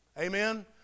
Amen